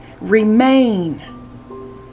Remain